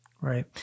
Right